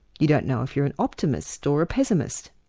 you don't know if you're an optimist or a pessimist,